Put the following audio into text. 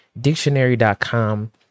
Dictionary.com